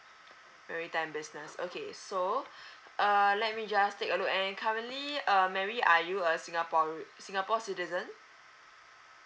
maritime business okay so uh let me just take a look and currently uh mary are you a singapore singapore citizen